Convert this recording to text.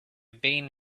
been